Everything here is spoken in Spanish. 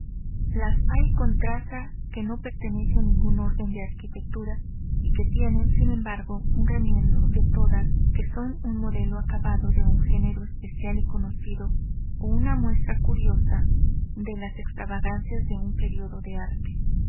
las hay con traza que no pertenece a ningún orden de arquitectura y que tienen sin embargo un remiendo de todas que son un modelo acabado de un género especial y conocido o una muestra curiosa de las extravagancias de un período del arte